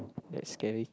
that's scary